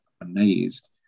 amazed